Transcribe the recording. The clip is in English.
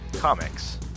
Comics